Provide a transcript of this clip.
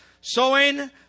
Sowing